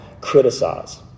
Criticize